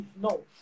No